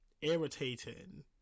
irritating